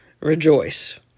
rejoice